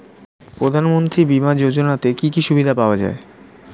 প্রধানমন্ত্রী বিমা যোজনাতে কি কি সুবিধা পাওয়া যায়?